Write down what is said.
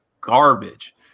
garbage